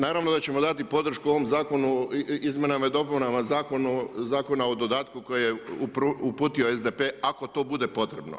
Naravno da ćemo dati podršku ovom zakonu izmjenama i dopunama Zakona o dodatku koji je uputio SDP ako to bude potrebno.